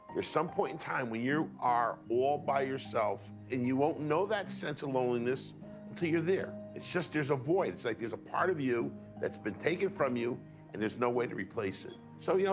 there's some point in time when you are all by yourself, and you won't know that sense of loneliness till you're there. it's just there's a void. like there's a part of you that's been taken from you and there's no way to replace it. so, you know,